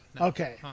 Okay